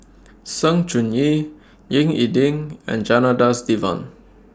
Sng Choon Yee Ying E Ding and Janadas Devan